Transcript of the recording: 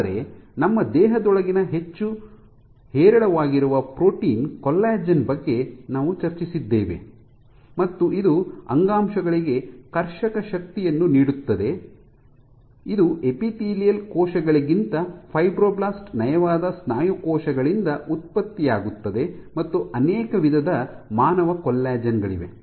ಆದರೆ ನಮ್ಮ ದೇಹದೊಳಗಿನ ಹೆಚ್ಚು ಹೇರಳವಾಗಿರುವ ಪ್ರೋಟೀನ್ ಕೊಲ್ಲಾಜೆನ್ ಬಗ್ಗೆ ನಾವು ಚರ್ಚಿಸಿದ್ದೇವೆ ಮತ್ತು ಇದು ಅಂಗಾಂಶಗಳಿಗೆ ಟೆನ್ಸಿಲ್ ಶಕ್ತಿಯನ್ನು ನೀಡುತ್ತದೆ ಇದು ಎಪಿತೀಲಿಯಲ್ ಕೋಶಗಳಿಗಿಂತ ಫೈಬ್ರೊಬ್ಲಾಸ್ಟ್ ನಯವಾದ ಸ್ನಾಯು ಕೋಶಗಳಿಂದ ಉತ್ಪತ್ತಿಯಾಗುತ್ತದೆ ಮತ್ತು ಅನೇಕ ವಿಧದ ಮಾನವ ಕೊಲ್ಲಾಜೆನ್ ಗಳಿವೆ